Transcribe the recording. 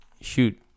shoot